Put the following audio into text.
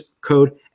code